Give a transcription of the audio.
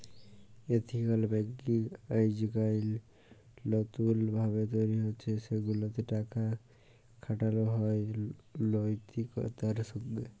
ethical banking আইজকাইল লতুল ভাবে তৈরি হছে সেগুলাতে টাকা খাটালো হয় লৈতিকতার সঙ্গে